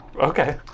Okay